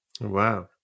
Wow